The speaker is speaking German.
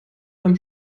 einem